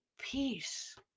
peace